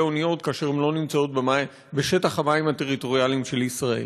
אוניות כאשר הן לא נמצאות בשטח המים הטריטוריאליים של ישראל,